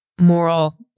moral